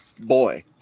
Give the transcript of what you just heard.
boy